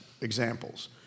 examples